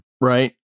right